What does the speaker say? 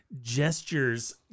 gestures